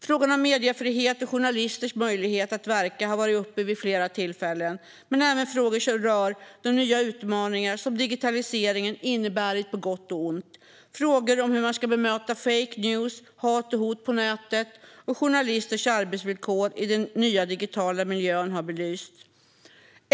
Frågan om mediefrihet och journalisters möjlighet att verka har varit uppe vid flera tillfällen men även frågor som rör de nya utmaningar som digitaliseringen inneburit på gott och ont. Frågor om hur man ska bemöta fake news och hat och hot på nätet och om journalisters arbetsvillkor i den nya digitala miljön har belysts.